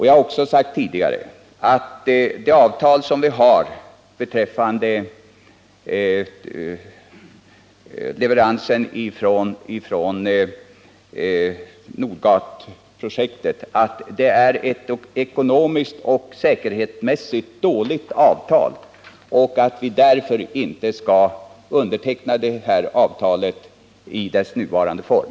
Jag har också tidigare sagt att det avtal som vi har beträffande leverans av olja från Nordgasprojektet är ett ekonomiskt och säkerhetsmässigt dåligt avtal och att vi därför inte skall underteckna det i dess nuvarande form.